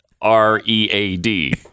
R-E-A-D